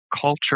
culture